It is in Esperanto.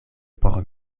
por